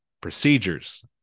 procedures